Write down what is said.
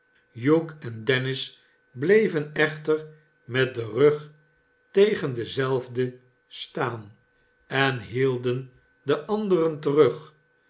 hugh en dennis bleven echter met den rug tegen dezelve staan en hielden de anderen terug